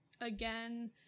again-